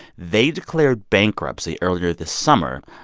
they declared bankruptcy earlier this summer.